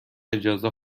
اجازه